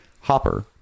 Hopper